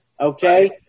okay